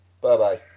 Bye-bye